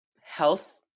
health